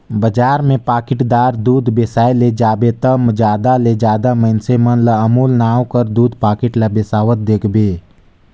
बजार में पाकिटदार दूद बेसाए ले जाबे ता जादा ले जादा मइनसे मन ल अमूल नांव कर दूद पाकिट ल बेसावत देखबे